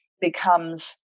becomes